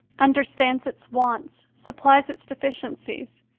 understands its wants, supplies its deficiencies,